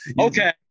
okay